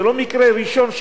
זה לא מקרה ראשון,